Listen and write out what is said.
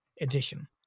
edition